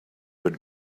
but